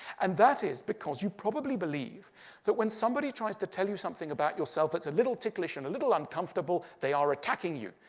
and that is because you probably believe that when somebody tries to tell you something about yourself that's a little ticklish and a little uncomfortable, they are attacking you.